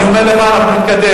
ואני אומר לך, אנחנו נתקדם.